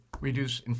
reduce